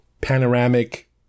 panoramic